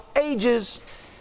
ages